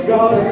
God